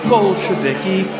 Bolsheviki